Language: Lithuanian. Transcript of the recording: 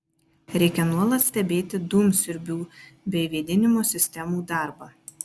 reikia nuolat stebėti dūmsiurbių bei vėdinimo sistemų darbą